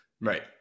Right